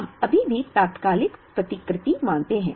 हम अभी भी तात्कालिक प्रतिकृति मानते हैं